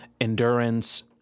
endurance